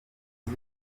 uzi